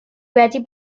wedi